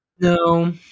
No